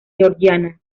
georgiana